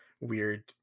weird